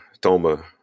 Toma